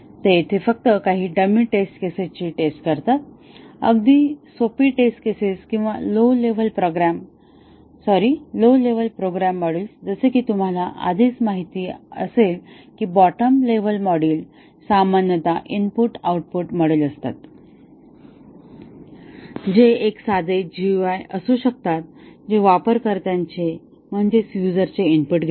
ते येथे फक्त काही डमी टेस्ट केसेसची टेस्ट करतात अगदी सोपी टेस्ट केसेस किंवा लो लेव्हल प्रोग्रॅम क्षमस्व लो लेव्हल प्रोग्रॅम मॉड्यूल्स जसे की तुम्हाला आधीच माहित असेल की बॉटम लेव्हलचे मॉड्यूल सामान्यत इनपुट आउटपुट मॉड्यूल असतात जे एक साधे GUI असू शकतात जे वापरकर्त्याचे इनपुट घेतात